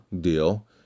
deal